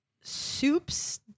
soups